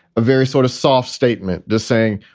a very sort of soft statement. they're saying,